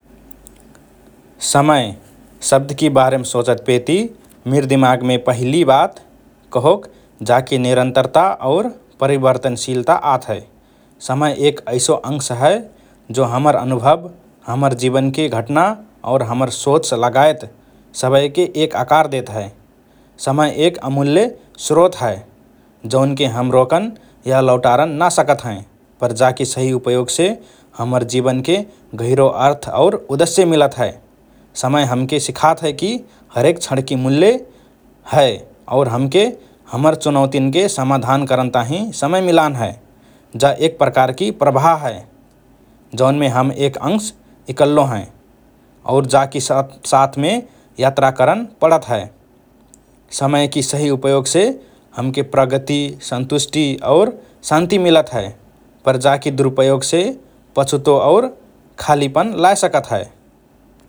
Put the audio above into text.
“समय” शब्दकि बारेम सोचतपेति मिर दिमागमे पहिलि बात कहोक जाकि निरन्तरता और परिवर्तनशीलता आत हए । समय एक ऐसो अंश हए जो हमर अनुभव, हमर जीवनके घटना और हमर सोच लगायत सबएके एक आकार देत हए । समय एक अमूल्य स्रोत हए जौनके हम रोकन या लौटारन ना सकत हएँ पर जाकि सहि उपयोगसे हमर जीवनके गहिरो अर्थ और उद्देश्य मिलत हए । समय हमके सिखात हए कि हरेक क्षणकि मूल्य हए और हमके हमर चुनौतिन्के समाधान करन ताहिँ समय मिलान हए । जा एक प्रकारकि प्रवाह हए, जौनमे हम एक अंश इकल्लो हएँ और जाकि साथ्साथमे यात्रा करन पडत हए । समयकि सहि उपयोगसे हमके प्रगति, सन्तुष्टि और शान्ति मिलत हए पर जाकि दुरुपयोगसे पछुतो और खालीपन लाए सकत हए ।